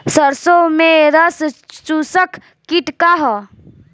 सरसो में रस चुसक किट का ह?